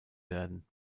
werden